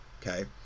okay